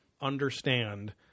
understand